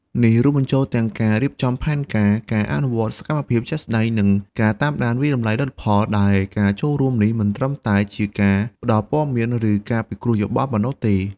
នេះរួមបញ្ចូលទាំងការរៀបចំផែនការ ការអនុវត្តសកម្មភាពជាក់ស្ដែង និងការតាមដានវាយតម្លៃលទ្ធផល ដែលការចូលរួមនេះមិនមែនត្រឹមតែជាការផ្ដល់ព័ត៌មាន ឬការពិគ្រោះយោបល់ប៉ុណ្ណោះទេ។